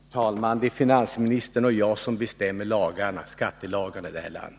Herr talman! Det är finansministern och jag som bestämmer skattelagarna i det här landet.